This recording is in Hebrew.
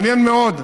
מעניין מאוד,